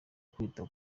kwita